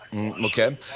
Okay